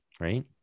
Right